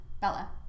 Bella